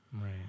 Right